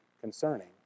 concerning